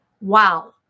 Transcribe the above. wow